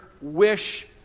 wish